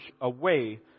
away